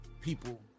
people